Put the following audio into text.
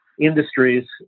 industries